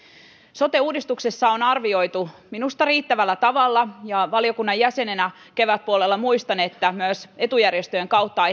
sote uudistuksessa tätä on arvioitu minusta riittävällä tavalla ja valiokunnan jäsenenä muistan että kevätpuolella etujärjestöjen kautta